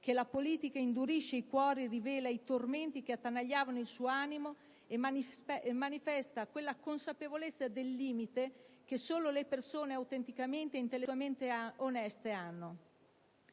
che la politica indurisce i cuori, rivela i tormenti che attanagliavano il suo animo e manifesta quella consapevolezza del limite che solo le persone autenticamente e intellettualmente oneste hanno.